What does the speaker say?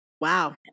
wow